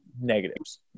negatives